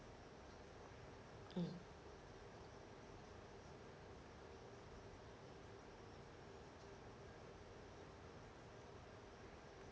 mm